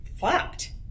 fucked